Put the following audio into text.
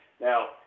Now